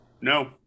no